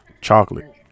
chocolate